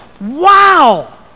wow